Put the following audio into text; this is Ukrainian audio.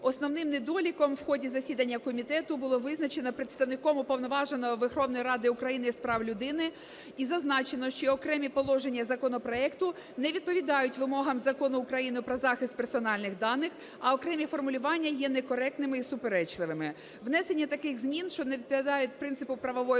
Основним недоліком в ході засідання комітету було визначено представником Уповноваженого Верховної Ради України з прав людини і зазначено, що окремі положення законопроекту не відповідають вимогам Закону України "Про захист персональних даних", а окремі формулювання є некоректними і суперечливими. Внесення таких змін, що не відповідають принципу правової